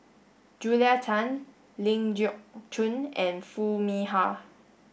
Julia Tan Ling Geok Choon and Foo Mee Har